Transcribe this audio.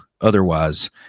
otherwise